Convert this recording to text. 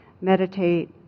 meditate